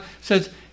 says